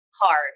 hard